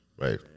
Right